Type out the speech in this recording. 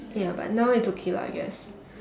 ya but now it's okay lah I guess